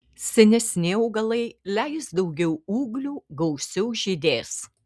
senesni augalai leis daugiau ūglių gausiau žydės